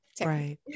right